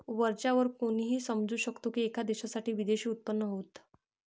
वरच्या वर कोणीही समजू शकतो की, एका देशासाठी विदेशी उत्पन्न होत